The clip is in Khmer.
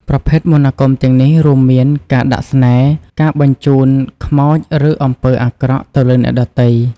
ប្រភេទមន្តអាគមទាំងនេះរួមមានទាំងការដាក់ស្នេហ៍ ការបញ្ជូនខ្មោចឬអំពើអាក្រក់ទៅលើអ្នកដទៃ។